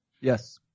Yes